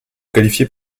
qualifiées